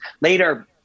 Later